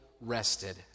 rested